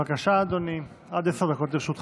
בבקשה, אדוני, עד עשר דקות לרשותך.